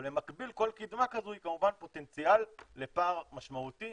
אבל במקביל כל קדמה כזאת היא כמובן פוטנציאל לפער משמעותי